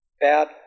bad